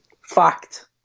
Fact